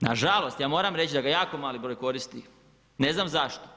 Nažalost, ja moram reći, da ga mali broj koristi, ne znam zašto.